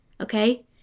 okay